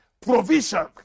provision